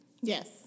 Yes